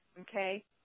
okay